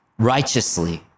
righteously